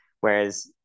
Whereas